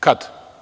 Kad?